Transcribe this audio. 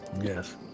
yes